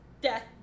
death